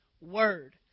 Word